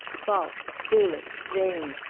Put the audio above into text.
false, foolish, vain,